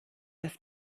das